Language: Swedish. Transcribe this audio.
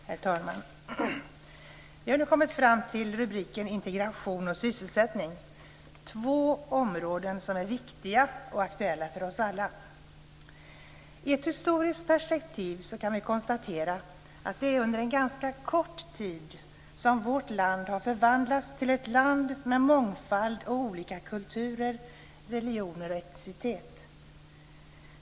Herr talman! Vi har nu kommit fram till rubriken Integration och sysselsättning, två områden som är viktiga och aktuella för oss alla. I ett historiskt perspektiv kan vi konstatera att det är under en ganska kort tid som vårt land har förvandlats till ett land med mångfald och olika kulturer, religioner och etnicitet.